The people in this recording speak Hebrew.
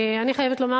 אני חייבת לומר